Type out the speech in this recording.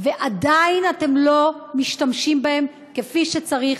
ועדיין אתם לא משתמשים בהם כפי שצריך,